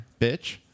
bitch